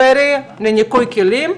פיירי לניקוי כלים,